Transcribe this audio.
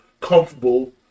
comfortable